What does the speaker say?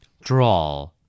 Draw